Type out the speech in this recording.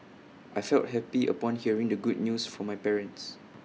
I felt happy upon hearing the good news from my parents